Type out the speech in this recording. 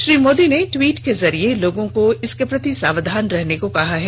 श्री मोदी ने टवीट के जरिए लोगों को इसके प्रति सावधान रहने को कहा है